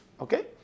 okay